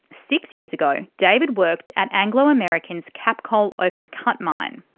six years ago david worked at anglo american's capcoal open cut mine.